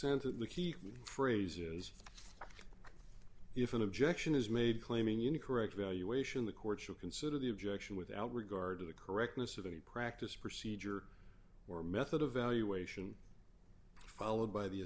center the key phrase is if an objection is made claiming in a correct evaluation the court should consider the objection without regard to the correctness of any practice procedure or method evaluation followed by the